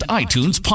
iTunes